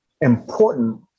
important